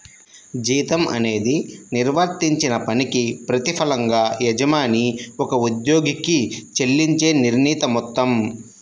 జీతం అనేది నిర్వర్తించిన పనికి ప్రతిఫలంగా యజమాని ఒక ఉద్యోగికి చెల్లించే నిర్ణీత మొత్తం